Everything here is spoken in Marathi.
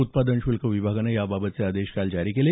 उत्पादन शुल्क विभागाने याबाबतचे आदेश काल जारी केले